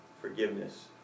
forgiveness